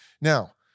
Now